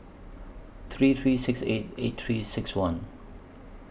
three three six eight eight three six one